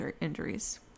injuries